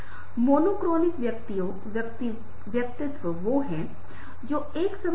ठीक है अब यहां एक उदाहरण है कि आप जो कहते हैं उसकी व्याख्या की जाती है और मैं आपको एक और उदाहरण संदर्भ दूंगा